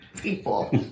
People